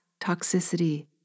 toxicity